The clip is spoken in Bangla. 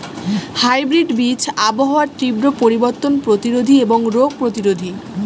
হাইব্রিড বীজ আবহাওয়ার তীব্র পরিবর্তন প্রতিরোধী এবং রোগ প্রতিরোধী